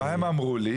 אז מה הם אמרו לי?